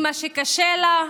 אימא שקשה לה,